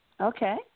Okay